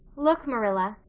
look, marilla,